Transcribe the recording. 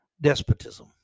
despotism